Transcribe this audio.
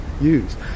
use